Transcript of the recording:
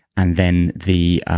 and then the